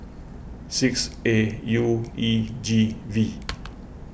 six A U E G V